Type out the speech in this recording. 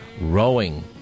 Rowing